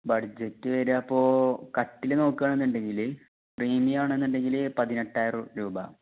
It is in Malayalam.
ബഡ്ജറ്റ് വരിക അപ്പോൾ കട്ടിൽ നോക്കുകയാണെന്നുണ്ടെങ്കിൽ പ്രീമിയാണെന്നുണ്ടെങ്കിൽ പതിനെട്ടായിരം രൂപ